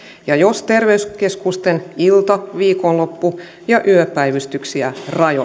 ja jos terveyskeskusten ilta viikonloppu ja yöpäivystyksiä rajoitetaan